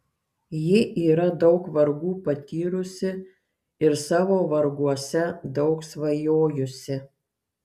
ji yra daug vargų patyrusi ir savo varguose daug svajojusi